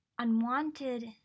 unwanted